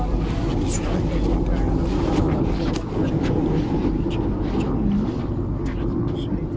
विश्व बैंकक मोताबिक, दू तरहक एन.जी.ओ होइ छै, परिचालन करैबला आ परामर्शी